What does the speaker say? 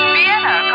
Vienna